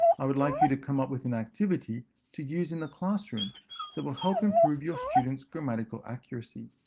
i would like you to come up with an activity to use in the classroom that will help improve your students' grammatical accuracy.